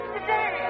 Today